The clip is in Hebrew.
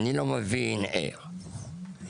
אני לא מבין איך המשרד